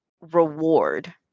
reward